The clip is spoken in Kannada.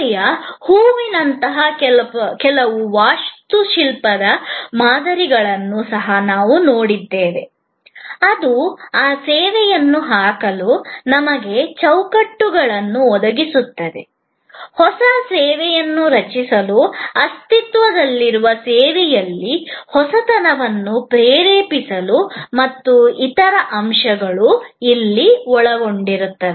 ಸೇವೆಯ ಹೂವಿನಂತಹ ಕೆಲವು ವಾಸ್ತುಶಿಲ್ಪದ ಮಾದರಿಗಳನ್ನು ಸಹ ನಾವು ನೋಡಿದ್ದೇವೆ ಅದು ಆ ಸೇವೆಯನ್ನು ಹಾಕಲು ನಮಗೆ ಚೌಕಟ್ಟುಗಳನ್ನು ಒದಗಿಸುತ್ತದೆ ಹೊಸ ಸೇವೆಯನ್ನು ರಚಿಸಲು ಅಸ್ತಿತ್ವದಲ್ಲಿರುವ ಸೇವೆಯಲ್ಲಿ ಹೊಸತನವನ್ನು ಪ್ರೇರೇಪಿಸಲು ಮತ್ತು ಇನ್ನಿತರ ಅಂಶಗಳನ್ನು ನೋಡುತ್ತೇವೆ